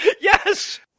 yes